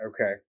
okay